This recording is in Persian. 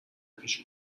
پیش